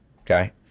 okay